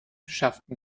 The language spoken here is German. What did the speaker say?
schafften